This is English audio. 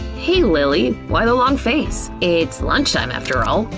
hey lilly. why the long face? it's lunchtime, after all.